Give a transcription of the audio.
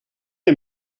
est